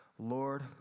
Lord